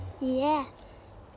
Yes